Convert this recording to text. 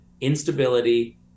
instability